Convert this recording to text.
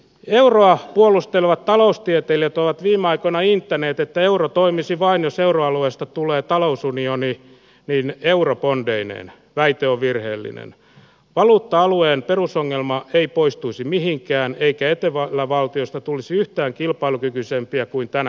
euroa puolusteleva taloustieteilijät ovat viime aikoina niittäneet että euro toimisi vain jos euroalueesta tulee talousunioni viin eurobondeineen väite on virheellinen valuutta alueen perusongelmaa ei poistuisi mihinkään eikä itävallan valtiosta tulisi yhtään kilpailukykyisempiä kuin tänä